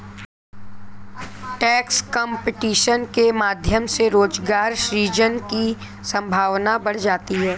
tax competition के माध्यम से रोजगार सृजन की संभावना बढ़ जाती है